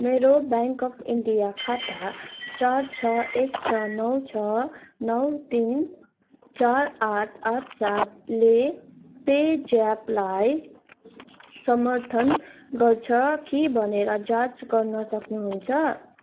मेरो bank of India खाता चार छ एक छ नौ छ नौ तिन चार आठ आठ सातले पे ज्यापलाई समर्थन गर्छ कि भनेर जाँच गर्न सक्नुहुन्छ